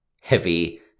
heavy